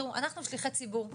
תראו אנחנו שליחי ציבור,